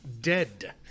dead